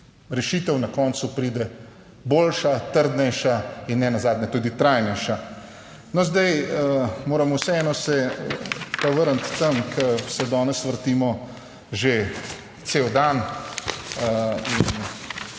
rešitev na koncu pride boljša, trdnejša in nenazadnje tudi trajnejša. No, zdaj moram vseeno se pa vrniti tam, kjer se danes vrtimo že cel dan